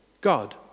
God